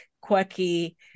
quirky